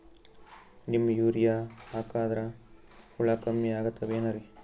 Neem urea ಹಾಕದ್ರ ಹುಳ ಕಮ್ಮಿ ಆಗತಾವೇನರಿ?